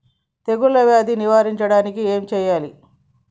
తెగుళ్ళ వ్యాధులు నివారించడానికి ఏం చేయాలి?